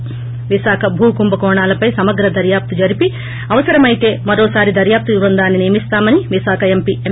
ి విశాఖ భూ కుంభకోణాలపై సమగ్ర దర్యాప్తు జరిపి అవసరమైతే మరోసారి దర్యాప్తు బృందాన్ని నియమిస్తామని విశాఖ ఎంపీ ఎం